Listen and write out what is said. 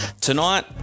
Tonight